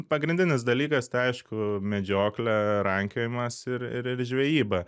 pagrindinis dalykas tai aišku medžioklė rankiojimas ir ir ir žvejyba